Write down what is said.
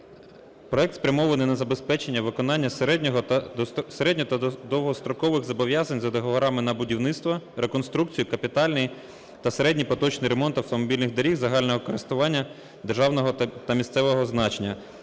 Проект спрямований на забезпечення виконання середніх та довгострокових зобов'язань за договорами на будівництво, реконструкцію, капітальний та середній поточний ремонт автомобільних доріг загального користування державного та місцевого значення.